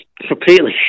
completely